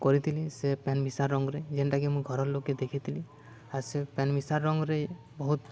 କରିଥିଲି ସେ ପେନ୍ ମିିଶା ରଙ୍ଗରେ ଯେନ୍ଟାକି ମୁଁ ଘରର୍ ଲୋକ୍କେ ଦେଖେଇଥିଲି ଆଉ ସେ ପେନ୍ ମିଶା ରଙ୍ଗ୍ରେ ବହୁତ୍